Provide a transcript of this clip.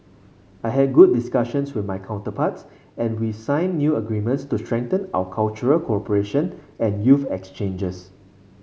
I had good discussions with my counterparts and we signed new agreements to strengthen our cultural cooperation and youth exchanges